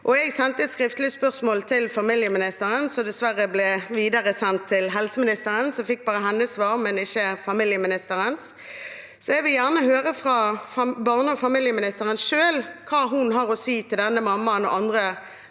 Jeg sendte et skriftlig spørsmål til barne- og familieministeren, som dessverre ble videresendt til helseministeren, så jeg fikk bare hennes svar og ikke barne- og familieministerens. Jeg vil gjerne høre fra barne- og familieministeren selv hva hun har å si til denne mammaen og andre